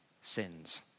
sins